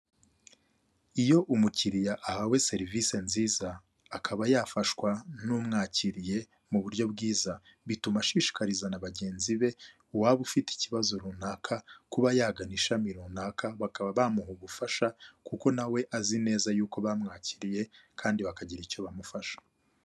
Iyo umukiriya ahawe serivisi nziza akaba yafashwa n'umwakiriye mu buryo bwiza, bituma ashishikariza na bagenzi be uwaba ufite ikibazo runaka kuba yagana ishami runaka bakaba bamuha ubufasha, kuko nawe azi neza yuko bamwakiriye kandi bakagira icyo bamufasha.